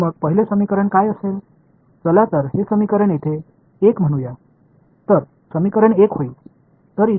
இங்குள்ள முதல் வெளிப்பாடு minus M equivalent minus j omega mu naught H s ஆக மாறும் சரிதானே